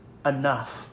enough